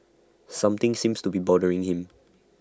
something seems to be bothering him